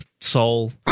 soul